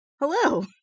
Hello